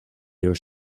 their